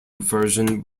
version